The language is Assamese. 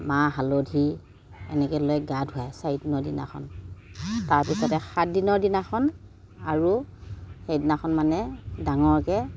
মাহ হালধি এনেকৈ লৈ গা ধুৱায় চাৰিদিনৰ দিনাখন তাৰপিছতে সাতদিনৰ দিনাখন আৰু সেইদিনাখন মানে ডাঙৰকৈ